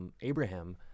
Abraham